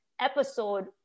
episode